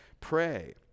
pray